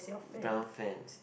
brown fence